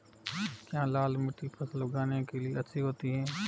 क्या लाल मिट्टी फसल उगाने के लिए अच्छी होती है?